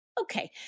Okay